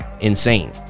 insane